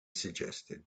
suggested